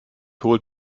holt